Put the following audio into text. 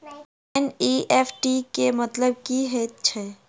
NEFT केँ मतलब की हएत छै?